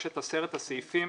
יש את עשרת הסעיפים